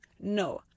no